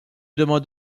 demande